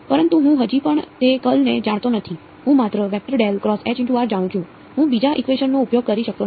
પરંતુ હું હજી પણ તે કર્લને જાણતો નથી હું માત્ર જાણું છું હું બીજા ઇકવેશન નો ઉપયોગ કરી શકતો નથી